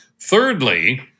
Thirdly